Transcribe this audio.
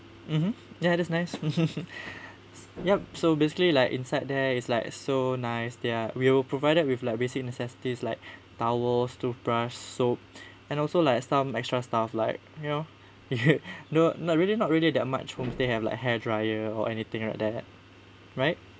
mmhmm ya that's nice yup so basically like inside there is like so nice there are we were provided with like basic necessities like towels toothbrush soap and also like some extra stuff like you know you no not really not really that much whom they have like hair dryer or anything like that right